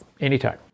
Anytime